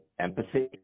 empathy